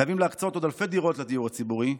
חייבים להקצות עוד אלפי דירות לדיור הציבורי.